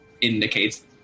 indicates